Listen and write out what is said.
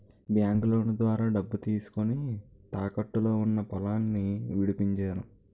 బాంకులోను ద్వారా డబ్బు తీసుకొని, తాకట్టులో ఉన్న పొలాన్ని విడిపించేను